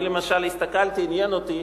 אני למשל הסתכלתי, עניין אותי,